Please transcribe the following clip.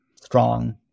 strong